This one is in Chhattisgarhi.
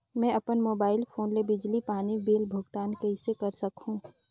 मैं अपन मोबाइल फोन ले बिजली पानी बिल भुगतान कइसे कर सकहुं?